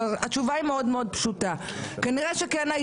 התשובה היא מאוד מאוד פשוטה: כנראה שכן היה